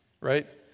right